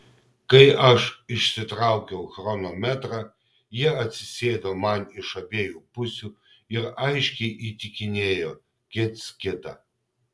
kai aš išsitraukiau chronometrą jie atsisėdo man iš abiejų pusių ir aiškiai įtikinėjo kits kitą